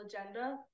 agenda